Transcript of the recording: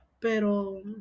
Pero